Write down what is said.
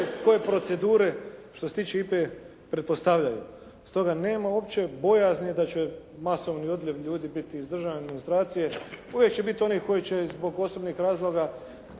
koje procedure što se tiče IPA-e pretpostavljaju. Stoga, nema uopće bojazni da će masovni odljev ljudi biti iz državne administracije. Uvijek će biti onih koji će zbog osobnih razloga